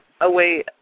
away